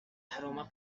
aroma